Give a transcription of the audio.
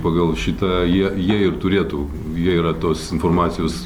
pagal šitą jie jie ir turėtų jie yra tos informacijos